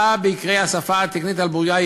השליטה בעיקרי השפה התקנית על בורייה היא